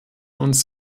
uns